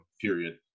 period